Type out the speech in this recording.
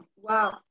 Wow